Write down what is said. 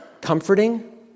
comforting